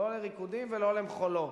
לא לריקודים ולא למחולות.